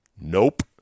Nope